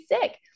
sick